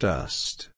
Dust